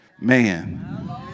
man